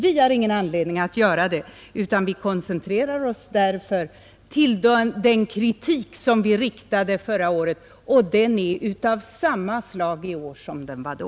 Vi har ingen anledning att göra det, utan vi koncentrerar oss på den kritik som vi riktade förra året. Och vår kritik är av samma slag i år som den var då.